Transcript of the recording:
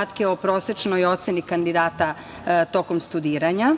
o prosečnoj oceni kandidata tokom studiranja,